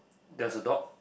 there's a dog